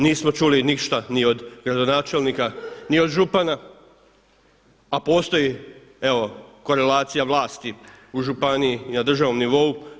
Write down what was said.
Nismo čuli ništa ni od gradonačelnika ni od župana a postoji evo korelacija vlasti u županiji i na državnom nivou.